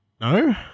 No